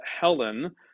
Helen